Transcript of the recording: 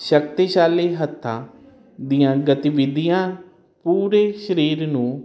ਸ਼ਕਤੀਸ਼ਾਲੀ ਹੱਥਾਂ ਦੀਆਂ ਗਤੀਵਿਧੀਆਂ ਪੂਰੇ ਸਰੀਰ ਨੂੰ